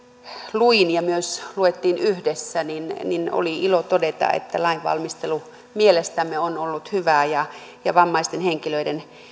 luin ja myös luettiin yhdessä niin niin oli ilo todeta että lainvalmistelu mielestämme on ollut hyvää ja tämä teksti vammaisten henkilöiden